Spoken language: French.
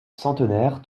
centenaire